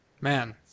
Man